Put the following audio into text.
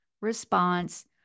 response